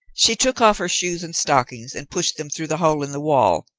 she took off her shoes and stockings and pushed them through the hole in the wall,